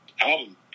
album